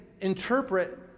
interpret